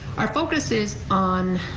our focus is on